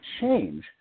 change